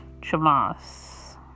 chamas